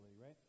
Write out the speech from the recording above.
right